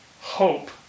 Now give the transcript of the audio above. hope